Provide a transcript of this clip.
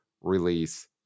release